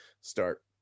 start